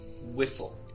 Whistle